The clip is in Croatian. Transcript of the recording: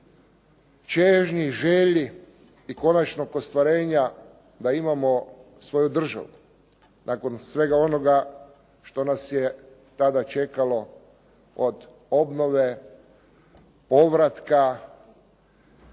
čežnji, želji i konačnog ostvarenja da imamo svoju državu nakon svega onoga što nas je tada čekalo od obnove, povratka,